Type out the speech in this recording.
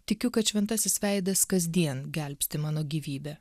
tikiu kad šventasis veidas kasdien gelbsti mano gyvybę